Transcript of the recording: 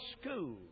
school